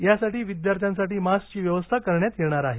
यासाठी विद्यार्थ्यांसाठी मास्कची व्यवस्था करण्यात येणार आहे